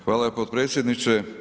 Hvala potpredsjedniče.